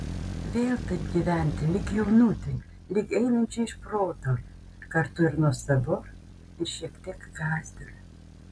vėl taip gyventi lyg jaunutei lyg einančiai iš proto kartu ir nuostabu ir šiek tiek gąsdina